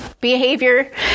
behavior